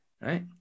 right